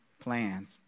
plans